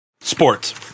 Sports